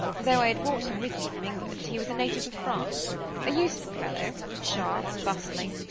though i had brought him with me from england, he was a native of france a useful fellow, sharp, bustling,